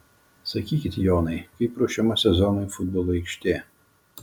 sakykit jonai kaip ruošiama sezonui futbolo aikštė